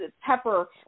Pepper